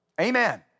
Amen